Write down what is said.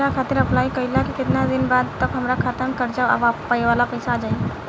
कर्जा खातिर अप्लाई कईला के केतना दिन बाद तक हमरा खाता मे कर्जा वाला पैसा आ जायी?